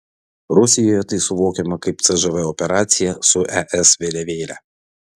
rusijoje tai suvokiama kaip cžv operacija su es vėliavėle